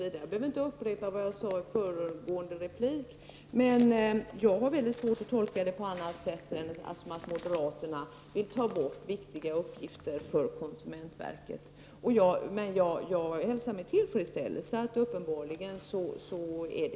Jag behöver inte upprepa vad jag sade i föregående replik, men jag har mycket svårt att tolka det på annat sätt än att moderaterna vill ta bort viktiga uppgifter från konsumentverket. Jag hälsar med tillfredsställelse att det uppenbarligen inte är så.